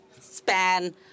span